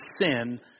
sin